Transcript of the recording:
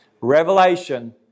Revelation